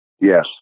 Yes